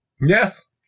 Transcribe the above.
Yes